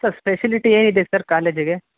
sir speciality ಏನಿದೆ sir ಕಾಲೇಜಿಗೆ